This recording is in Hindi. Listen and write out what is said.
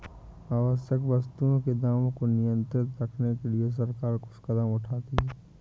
आवश्यक वस्तुओं के दामों को नियंत्रित रखने के लिए सरकार कुछ कदम उठाती है